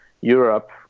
Europe